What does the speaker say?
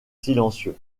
silencieux